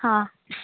हां